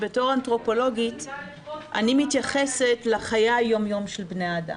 ובתור אנתרופולוגית אני מתייחסת לחיי היום יום של בני האדם,